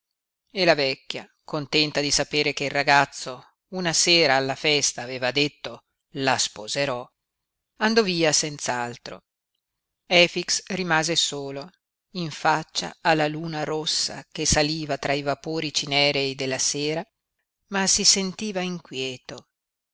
e la vecchia contenta di sapere che il ragazzo una sera alla festa aveva detto la sposerò andò via senz'altro efix rimase solo in faccia alla luna rossa che saliva tra i vapori cinerei della sera ma